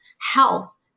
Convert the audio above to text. health